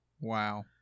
Wow